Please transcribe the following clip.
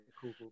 Cool